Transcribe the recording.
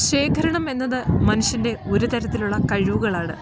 ശേഖരണം എന്നത് മനുഷ്യൻ്റെ ഒരു തരത്തിലുള്ള കഴിവുകളാണ്